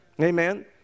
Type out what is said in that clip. Amen